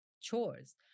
chores